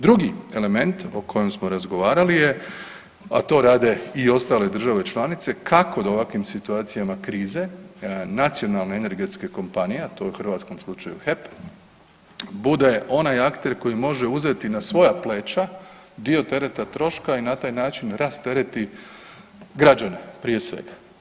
Drugi element o kojem smo razgovarali je, a to rade i ostale države članice kako da u ovakvim situacijama krize nacionalne energentske kompanije, a to je u hrvatskom slučaju HEP bude onaj akter koji može uzeti na svoja pleća dio tereta troška i na taj način rastereti građane prije svega.